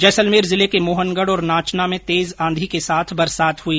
जैसलमेर जिले के मोहनगढ और नाचना में तेज आंधी के साथ बरसात हुई